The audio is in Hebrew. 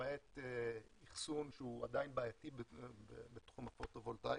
למעט אחסון שהוא עדיין בעייתי בתחום הפוטו-וולטאי,